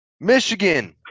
Michigan